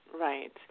right